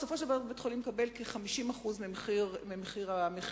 בסופו של דבר בית-החולים מקבל כ-50% ממחיר המחירון.